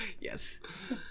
yes